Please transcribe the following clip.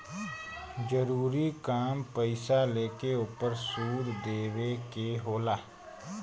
जरूरी काम पईसा लेके ओपर सूद देवे के होला